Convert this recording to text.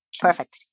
Perfect